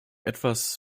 etwas